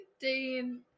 Dean